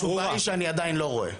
אז התשובה היא שאני עדיין לא רואה.